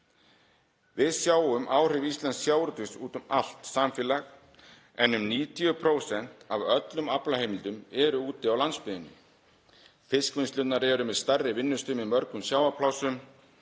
Við sjáum áhrif íslensks sjávarútvegs út um allt samfélag en um 90% af öllum aflaheimildum eru úti á landsbyggðinni. Fiskvinnslurnar eru með stærri vinnustöðum í mörgum sjávarplássum